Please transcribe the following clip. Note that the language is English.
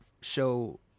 Show